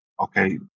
Okay